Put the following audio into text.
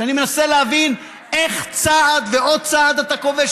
שאני מנסה להבין איך צעד ועוד צעד אתה כובש,